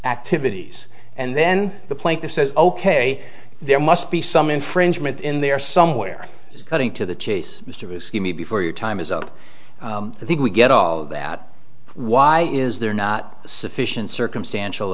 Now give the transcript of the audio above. activities and then the plaintiff says ok there must be some infringement in there somewhere just cutting to the chase mr excuse me before your time is up i think we get all of that why is there not sufficient circumstantial